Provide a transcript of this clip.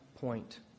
point